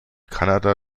kanada